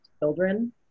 children